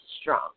strong